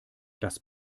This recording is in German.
das